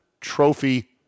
Trophy